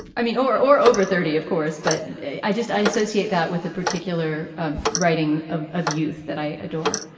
i mean or or over thirty of course but i just i associate that with a particular um writing of of youth that i adore